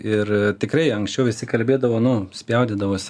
ir tikrai anksčiau visi kalbėdavo nu spjaudydavos